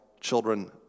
children